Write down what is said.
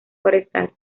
forestal